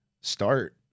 Start